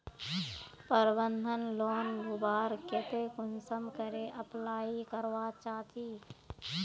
प्रबंधन लोन लुबार केते कुंसम करे अप्लाई करवा चाँ चची?